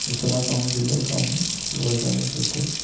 इत्त गल्लै बी जेल्लै बी कम्म शुरुआत करनी छोटे